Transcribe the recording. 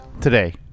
today